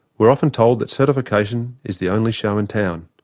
we're often told that certification is the only show in town,